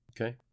Okay